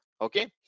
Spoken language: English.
okay